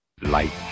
Light